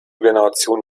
generation